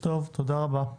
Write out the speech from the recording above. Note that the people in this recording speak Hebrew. תודה רבה.